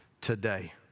today